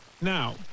Now